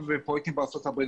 בפרויקטים בארצות הברית.